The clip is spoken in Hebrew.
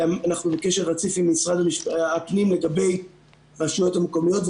ואנחנו בקשר עם משרד הפנים לגבי לרשויות המקומיות.